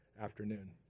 afternoon